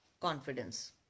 Confidence